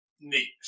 neat